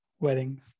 weddings